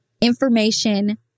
Information